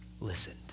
listened